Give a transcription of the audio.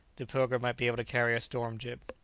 the pilgrim might be able to carry a storm-jib.